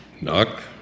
Knock